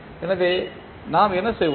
எனவே நாம் என்ன செய்வோம்